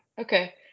okay